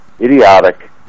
idiotic